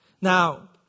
Now